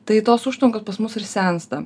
tai tos užtvankos pas mus ir sensta